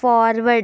forward